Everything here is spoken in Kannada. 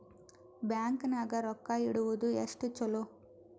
ಬ್ಯಾಂಕ್ ನಾಗ ರೊಕ್ಕ ಇಡುವುದು ಎಷ್ಟು ಚಲೋ?